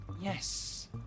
Yes